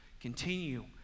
Continue